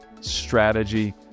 strategy